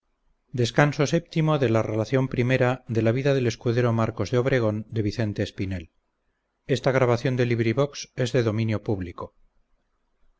la donosa narración de las aventuras del escudero marcos de obregón